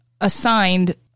assigned